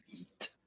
eat